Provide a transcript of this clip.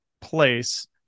place